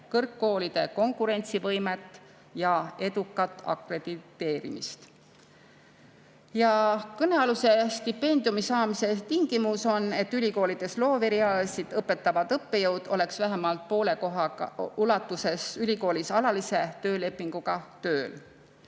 kõrgkoolide konkurentsivõimet ja edukat akrediteerimist. Kõnealuse stipendiumi saamise tingimus on, et ülikoolides looverialasid õpetavad õppejõud oleks vähemalt poole koha ulatuses ülikoolis alalise töölepinguga tööl.